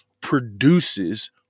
produces